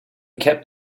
kept